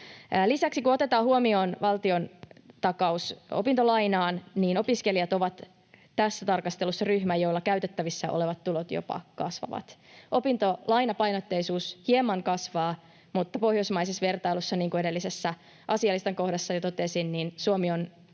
Lisäksi, kun otetaan huomioon valtion takaus opintolainaan, opiskelijat ovat tässä tarkastelussa ryhmä, jolla käytettävissä olevat tulot jopa kasvavat. Opintolainapainotteisuus hieman kasvaa, mutta pohjoismaisessa vertailussa, niin kuin edellisessä asialistan kohdassa jo totesin, Suomi